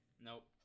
Nope